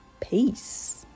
peace